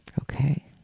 Okay